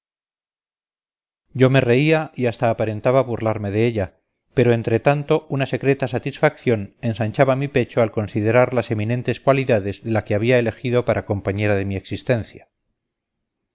yo me reía y hasta aparentaba burlarme de ella pero entretanto una secreta satisfacción ensanchaba mi pecho al considerar las eminentes cualidades de la que había elegido para compañera de mi existencia